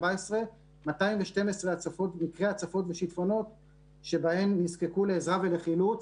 212 מקרי הצפות ושיטפונות שבהם נזקקו לעזרה ולחילוץ.